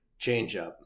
changeup